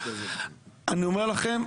אני אומר לכם,